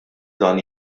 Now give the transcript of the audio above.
dan